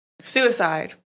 Suicide